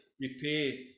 repay